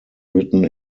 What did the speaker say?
written